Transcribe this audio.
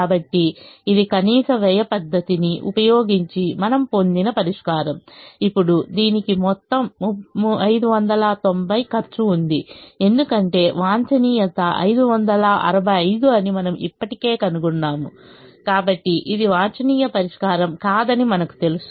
కాబట్టి ఇది కనీస వ్యయ పద్ధతిని ఉపయోగించి మనము పొందిన పరిష్కారం ఇప్పుడు దీనికి మొత్తం 590 ఖర్చు ఉంది ఎందుకంటే వాంఛనీయత 565 అని మనము ఇప్పటికే కనుగొన్నాము ఇది వాంఛనీయ పరిష్కారం కాదని మనకు తెలుసు